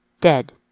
dead